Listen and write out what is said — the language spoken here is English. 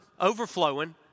overflowing